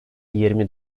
yirmi